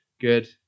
Good